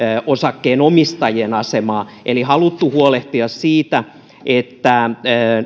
osakkeenomistajien asemaa eli on haluttu huolehtia siitä että